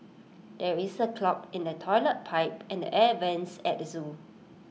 there is A clog in the Toilet Pipe and the air Vents at the Zoo